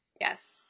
Yes